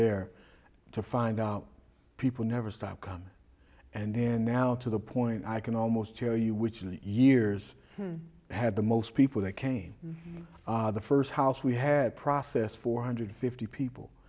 there to find out people never stop coming and then now to the point i can almost tell you which of the years had the most people that came the first house we had process four hundred fifty people